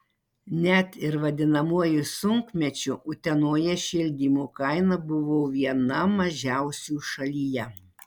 net ir vadinamuoju sunkmečiu utenoje šildymo kaina buvo viena mažiausių šalyje